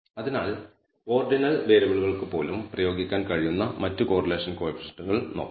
അതിനാൽ ഓർഡിനൽ വേരിയബിളുകൾക്ക് പോലും പ്രയോഗിക്കാൻ കഴിയുന്ന മറ്റ് കോറിലേഷൻ കോയിഫിഷ്യന്റ്കൾ നോക്കാം